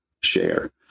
share